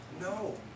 No